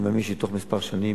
אני מאמין שבתוך כמה שנים